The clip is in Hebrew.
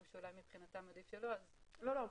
שאולי מבחינתם עדיף שלא --- בסדר,